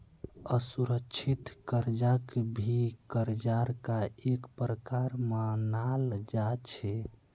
असुरिक्षित कर्जाक भी कर्जार का एक प्रकार मनाल जा छे